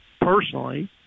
personally